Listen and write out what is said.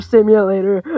Simulator